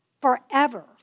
forever